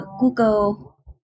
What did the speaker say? Google